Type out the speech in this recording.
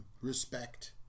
respect